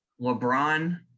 lebron